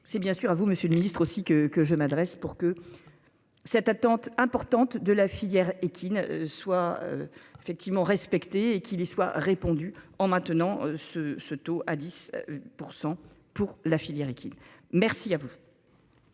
c'est bien sûr à vous monsieur le ministre aussi que que je m'adresse pour que. Cette attente importante de la filière équine. Soient. Effectivement respectées et qu'il y soit répondu en maintenant ce ce taux à 10% pour la filière équine. Merci à vous.